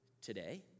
today